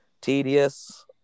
tedious